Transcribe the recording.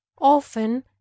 often